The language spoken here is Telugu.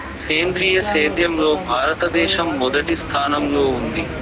సేంద్రీయ సేద్యంలో భారతదేశం మొదటి స్థానంలో ఉంది